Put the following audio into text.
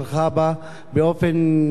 באופן אפילו,